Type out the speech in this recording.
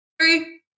Three